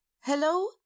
Hello